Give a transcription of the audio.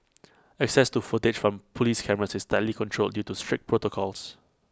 access to footage from Police cameras is tightly controlled due to strict protocols